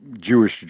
Jewish